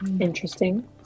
Interesting